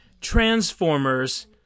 Transformers